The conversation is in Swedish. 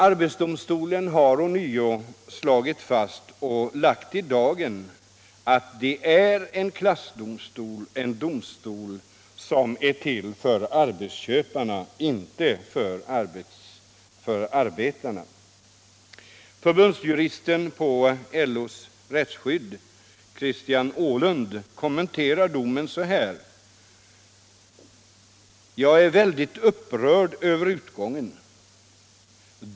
Arbetsdomstolen har ånyo slagit fast och lagt i dagen att det är en klassdomstol, en domstol som är till för arbetsköparna, inte för arbetarna. Förbundsjuristen på LO:s rättsskydd, Christian Åhlund, kommenterar domen så här: ”Jag är väldigt upprörd över utgången.